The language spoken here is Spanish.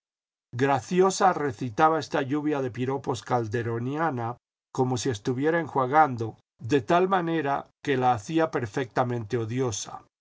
graciosa recitaba esta lluvia de piropos calderoniana como si se estuviera enjuagando de tal manera que la hacía perfectamente odiosa